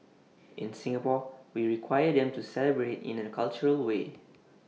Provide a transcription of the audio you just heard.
in Singapore we require them to celebrate in A cultural way